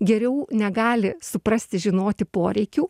geriau negali suprasti žinoti poreikių